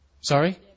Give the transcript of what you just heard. Sorry